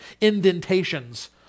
indentations